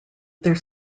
their